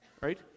Right